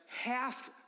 half